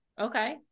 okay